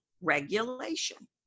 regulation